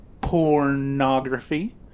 Pornography